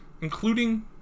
including